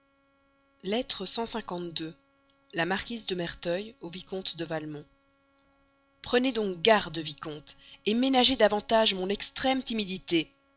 soir la marquise de merteuil au vicomte de valmont prenez donc garde vicomte ménagez davantage mon extrême timidité